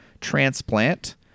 transplant